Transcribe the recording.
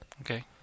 Okay